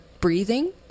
breathing